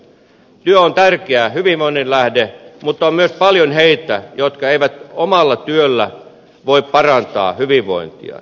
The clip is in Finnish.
työ on tärkeä hyvinvoinnin lähde mutta on myös paljon niitä jotka eivät omalla työllä voi parantaa hyvinvointiaan